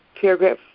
paragraph